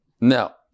Now